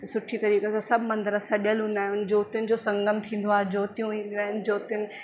सुठी तरीक़े सां सभु मंदिर सॼयल हूंदा आहिनि ज्योतिन जो संगम थींदो आहे ज्योतियूं ईंदियूं आहिनि ज्योतिन